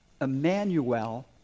Emmanuel